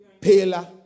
paler